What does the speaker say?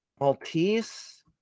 Maltese